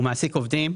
הוא מעסיק עובדים,